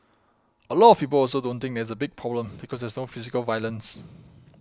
a lot of people also don't think that it's a big problem because there's no physical violence